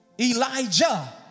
Elijah